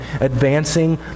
advancing